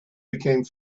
became